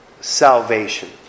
salvation